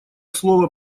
слово